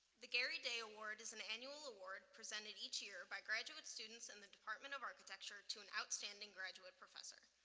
the gary day award is an annual award presented each year by graduate students in the department of architecture to an outstanding graduate professor.